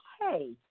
hey